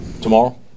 tomorrow